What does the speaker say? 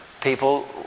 People